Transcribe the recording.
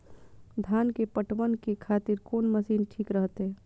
धान के पटवन के खातिर कोन मशीन ठीक रहते?